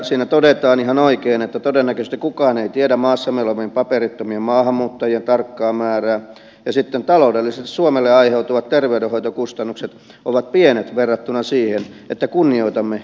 siinä todetaan ihan oikein että todennäköisesti kukaan ei tiedä maassamme olevien paperittomien maahanmuuttajien tarkkaa määrää ja sitten taloudellisesti suomelle aiheutuvat terveydenhoitokustannukset ovat pienet verrattuna siihen että kunnioitamme ihmisyyttä